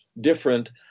different